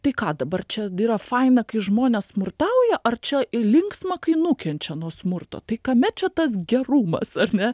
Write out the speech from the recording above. tai ką dabar čia yra faina kai žmonės smurtauja ar čia linksma kai nukenčia nuo smurto tai kame čia tas gerumas ar ne